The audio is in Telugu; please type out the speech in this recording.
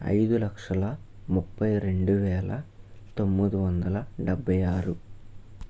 ఐదు లక్షల ముప్పై రెండు వేల తొమ్మిది వందల డెభై ఆరు